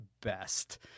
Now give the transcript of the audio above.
best